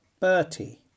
Bertie